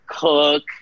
cook